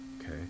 Okay